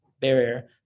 barrier